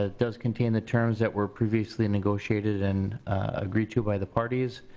ah does contain the terms that were previously negotiated and agreed to by the parties,